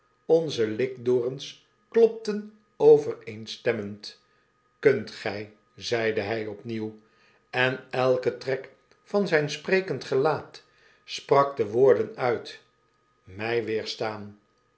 onze likdorens klopten overeenstemmend k u n t gy zeide hy opnieuw en elke trek van zyn sprekend gelaat sprak de woorden uit my weerstaan